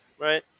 Right